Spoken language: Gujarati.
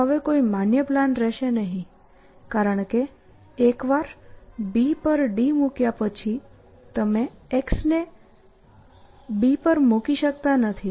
તે હવે કોઈ માન્ય પ્લાન રહેશે નહીં કારણ કે એકવાર B પર D મૂક્યા પછી તમે x ને B પર મૂકી શકતા નથી